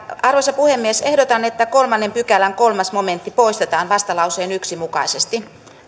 arvoisa puhemies ehdotan että kolmannen pykälän kolmas momentti poistetaan vastalauseen yksi mukaisesti